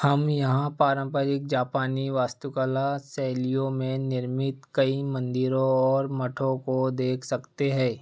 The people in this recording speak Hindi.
हम यहाँ पारंपरिक जापानी वास्तुकला शैलियों में निर्मित कई मंदिरों और मठों को देख सकते हैं